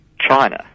China